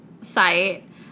site